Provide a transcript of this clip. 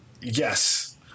yes